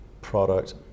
product